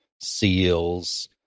seals